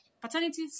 paternity